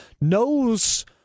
knows